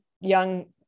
young